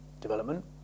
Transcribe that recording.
development